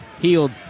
Healed